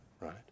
right